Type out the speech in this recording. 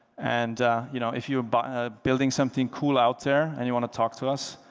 and you know if you by ah building something cool out there and you want to talk to us,